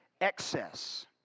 excess